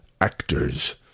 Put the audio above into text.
actors